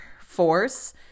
force